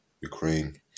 Ukraine